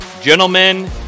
Gentlemen